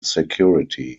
security